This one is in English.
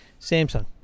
Samsung